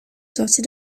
sortie